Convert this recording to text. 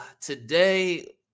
today